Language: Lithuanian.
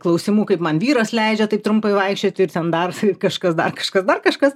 klausimų kaip man vyras leidžia taip trumpai vaikščioti ir ten dar kažkas dar kažkas dar kažkas